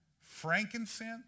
frankincense